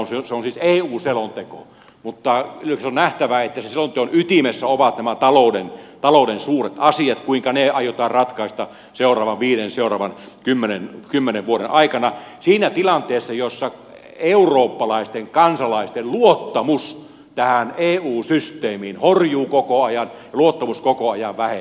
se on siis eu selonteko mutta kyllä on nähtävä että sen selonteon ytimessä ovat nämä talouden suuret asiat kuinka ne aiotaan ratkaista seuraavan viiden seuraavan kymmenen vuoden aikana siinä tilanteessa jossa eurooppalaisten kansalaisten luottamus tähän eu systeemiin horjuu koko ajan ja luottamus koko ajan vähenee